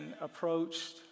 approached